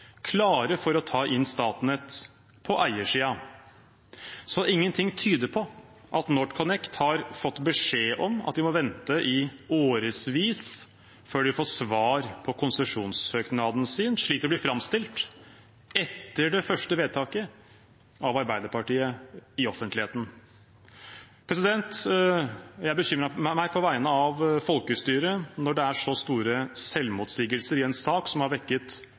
klare til å ta inn Statnett på eiersiden. Ingenting tyder på at NorthConnect har fått beskjed om at de må vente i årevis før de får svar på konsesjonssøknaden sin, slik det blir framstilt – etter det første vedtaket – av Arbeiderpartiet i offentligheten. Jeg bekymrer meg på vegne av folkestyret når det er så store selvmotsigelser i en sak som har vekket